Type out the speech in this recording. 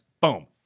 boom